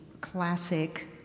classic